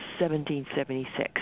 1776